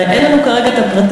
הרי אין לנו כרגע הפרטים,